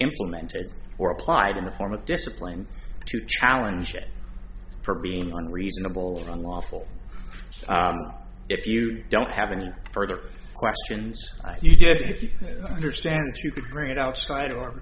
implemented or applied in the form of discipline to challenge it for being reasonable or unlawful if you don't have any further questions like you do if you understand that you could bring it outside or